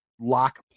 lock